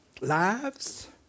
lives